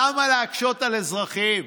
למה להקשות על אזרחים?